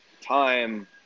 time